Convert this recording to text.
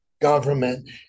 government